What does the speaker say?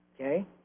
Okay